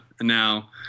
Now